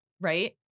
right